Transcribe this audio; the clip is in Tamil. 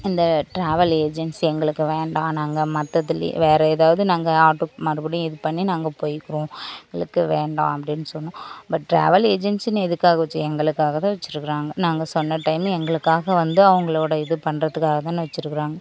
இந்த டிராவல் ஏஜென்ஸி எங்களுக்கு வேண்டாம் நாங்கள் மற்றதுலையே வேறு ஏதாது டிராவல் நாங்கள் மறுபடியும் இது பண்ணி நாங்கள் போயிகிறோம் எங்களுக்கு வேண்டாம் அப்படின்னு சொன்னோம் பட் டிராவல் ஏஜென்ஸின்னு எதுக்காக வச்சு எங்களுக்காக தான் வச்சுருக்குறாங்க நாங்கள் சொன்ன டைம் எங்களுக்காக வந்து அவங்களோட இது பண்ணுறதுக்காகன்னு வச்சுருக்காங்க